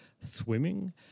Swimming